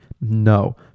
no